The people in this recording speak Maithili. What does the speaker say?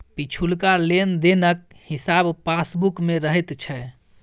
पिछुलका लेन देनक हिसाब पासबुक मे रहैत छै